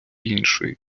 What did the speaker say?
іншої